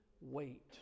wait